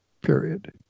period